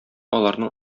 аларның